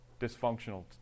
dysfunctional